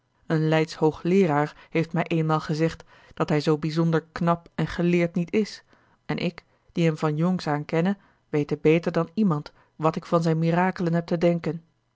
een leidsch hoogleeraar heeft mij eenmaal gezegd dat hij zoo bijzonder knap en geleerd niet is en ik die hem van jongs aan kenne wete beter dan iemand wat ik van zijn mirakelen heb te denken